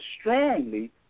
strongly